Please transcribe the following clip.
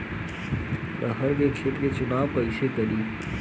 अरहर के खेत के चुनाव कईसे करी?